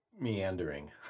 meandering